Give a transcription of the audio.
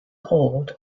hold